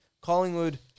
Collingwood